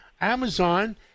Amazon